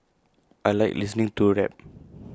I Like listening to rap